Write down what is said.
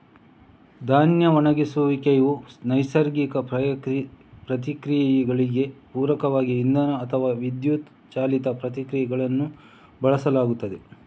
ಧಾನ್ಯ ಒಣಗಿಸುವಿಕೆಯು ನೈಸರ್ಗಿಕ ಪ್ರಕ್ರಿಯೆಗಳಿಗೆ ಪೂರಕವಾದ ಇಂಧನ ಅಥವಾ ವಿದ್ಯುತ್ ಚಾಲಿತ ಪ್ರಕ್ರಿಯೆಗಳನ್ನು ಬಳಸುತ್ತದೆ